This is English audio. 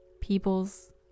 people's